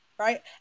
right